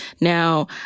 Now